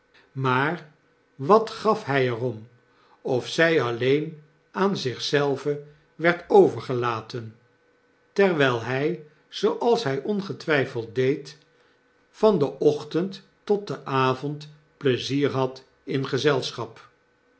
maar wat gaf hy er om of zg alleen aan zich zelve werdovergelaten ter wjjl hjj zooals hy ongetwpeld deed van den ochtend tot den avond pleizier had in gezelschap